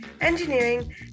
engineering